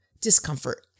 discomfort